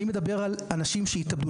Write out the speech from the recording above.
אני מדבר על אנשים שהתאבדו,